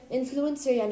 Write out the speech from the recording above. influencer